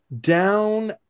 Down